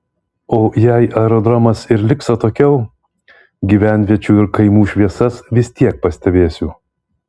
o jei aerodromas ir liks atokiau gyvenviečių ir kaimų šviesas vis tiek pastebėsiu